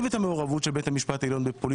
את המעורבות של בית המשפט העליון בפוליטיקה,